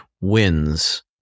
wins